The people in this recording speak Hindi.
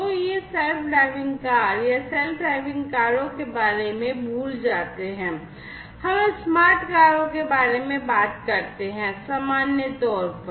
तो ये सेल्फ ड्राइविंग कार या सेल्फ ड्राइविंग कारों के बारे में भूल जाते हैं हम स्मार्ट कारों के बारे में बात करते हैं सामान्य तौर पर